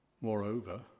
Moreover